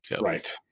right